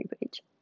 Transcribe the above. page